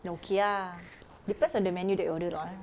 then okay ah depends on the menu that you order lah eh